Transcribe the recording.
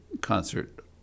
concert